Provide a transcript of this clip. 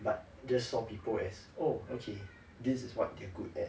but just saw people as oh okay this is what they're good at